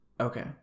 Okay